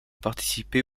participer